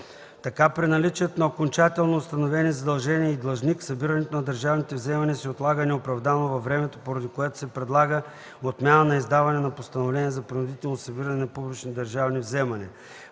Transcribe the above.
Така при наличието на окончателно установени задължения и длъжник събирането на държавните вземания се отлага неоправдано във времето, поради което се предлага отмяна на издаването на постановление за принудително събиране на публични държавни вземания;